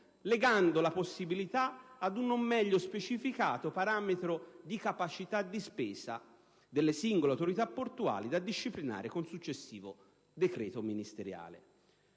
legandone la possibilità ad un non meglio specificato parametro di capacità di spesa delle singole autorità portuali, da disciplinare con successivo decreto ministeriale.